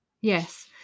Yes